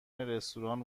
رستوران